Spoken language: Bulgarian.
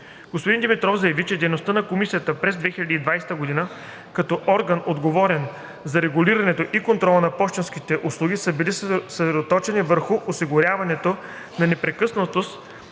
Господин Димитров заяви, че действията на Комисията през 2020 г. като орган, отговорен за регулирането и контрола на пощенските услуги, са били съсредоточени върху осигуряването на непрекъснатост